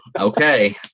okay